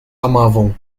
amavam